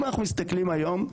אם אנחנו מסתכלים היום,